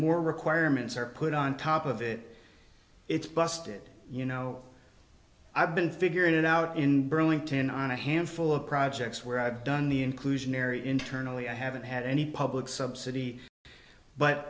more requirements are put on top of it it's busted you know i've been figuring it out in burlington on a handful of projects where i've done the inclusionary internally i haven't had any public subsidy but